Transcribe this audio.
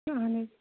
اہن حظ